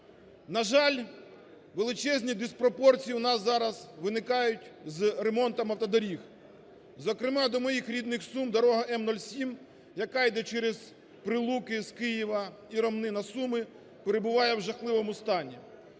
На жаль, величезні диспропорції у нас зараз виникають з ремонтом автодоріг. Зокрема, до моїх рідних Сум дорога М-07, яка іде через Прилуки з Києва і Ромни на Суми, перебуває в жахливому стані.